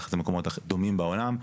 ביחס למקומות דומים בעולם,